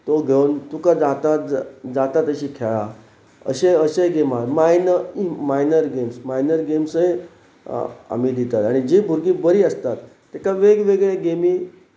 तो घेवन तुका जात जाता तशी खेळां अशे अशे गेमांत मायन मायनर गेम्स मायनर गेम्सय आमी दितात आनी जीं भुरगीं बरीं आसतात ताका वेगवेगळे गेमी